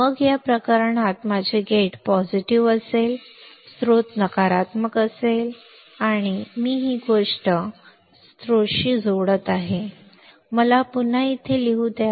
मग या प्रकरणात माझे गेट पॉझिटिव्ह असेल स्त्रोत नकारात्मक असेल आणि मी ही गोष्ट स्त्रोताशी जोडत आहे पुन्हा मला ते इथे लिहू द्या